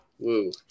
woo